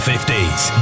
50s